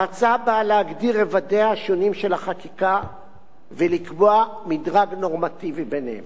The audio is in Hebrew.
ההצעה באה להגדיר רבדיה השונים של החקיקה ולקבוע מדרג נורמטיבי ביניהם.